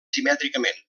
simètricament